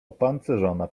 opancerzona